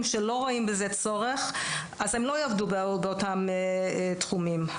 שלא רואים בזה צורך לא יעבדו באותם תחומים.